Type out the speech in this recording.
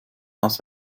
aus